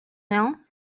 rien